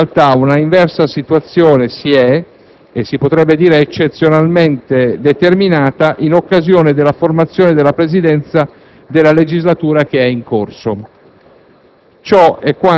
perché in realtà un'inversa situazione si è - e si potrebbe dire eccezionalmente - determinata in occasione della formazione della Presidenza della legislatura che è in corso.